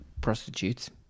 prostitutes